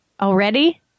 Already